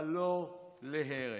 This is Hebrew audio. אבל לא להרס.